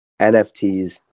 NFTs